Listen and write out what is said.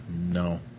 No